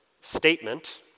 statement